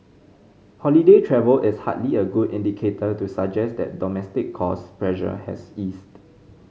holiday travel is hardly a good indicator to suggest that domestic cost pressure has eased